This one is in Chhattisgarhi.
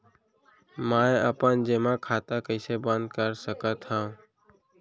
मै अपन जेमा खाता कइसे बन्द कर सकत हओं?